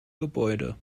gebäude